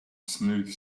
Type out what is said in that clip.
smooth